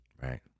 right